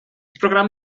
programm